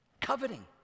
Coveting